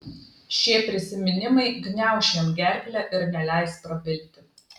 šie prisiminimai gniauš jam gerklę ir neleis prabilti